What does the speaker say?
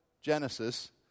Genesis